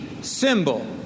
symbol